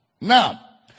Now